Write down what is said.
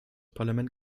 parlament